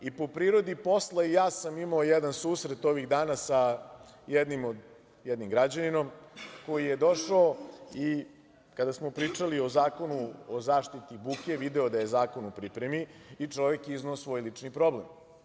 I po prirodi posla i ja sam imao jedan susret ovih dana sa jednim građaninom koji je došao i kada smo pričali o Zakonu o zaštiti buke video da je zakon u pripremi i čovek je izneo svoj lični problem.